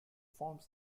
forms